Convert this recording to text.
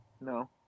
No